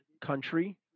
country